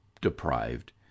deprived